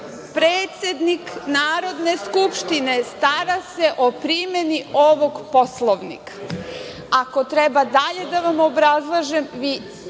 Predsednik Narodne skupštine stara se o primeni ovog Poslovnika. Ako treba dalje da vam obrazlažem. Vi